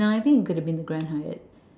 no I think it could have been the grand hyatt